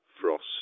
Frost